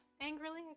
angrily